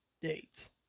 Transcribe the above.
dates